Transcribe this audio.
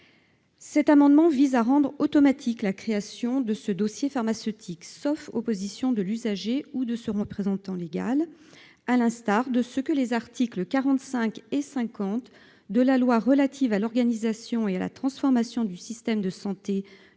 Cet amendement vise à rendre automatique la création du dossier pharmaceutique, sauf opposition de l'usager ou de son représentant légal, à l'instar de ce que les articles 45 et 50 de la loi du 24 juillet 2019 relative à l'organisation et à la transformation du système de santé prévoient